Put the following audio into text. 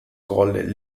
called